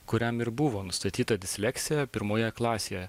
kuriam ir buvo nustatyta disleksija pirmoje klasėje